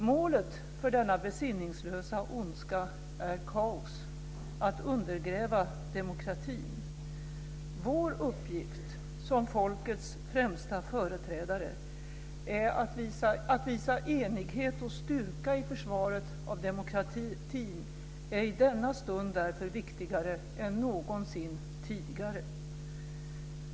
Målet för denna besinningslösa ondska är kaos, att undergräva demokratin. Vår uppgift som folkets främsta företrädare, att visa enighet och styrka i försvaret av demokratin, är i denna stund därför viktigare än någonsin tidigare.